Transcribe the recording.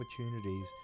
opportunities